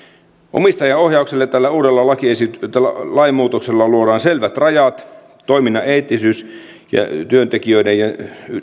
omistajaohjaukselle tällä uudella lainmuutoksella luodaan selvät rajat toiminnan eettisyys ja